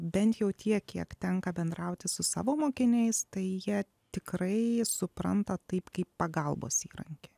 bent jau tiek kiek tenka bendrauti su savo mokiniais tai jie tikrai supranta taip kaip pagalbos įrankį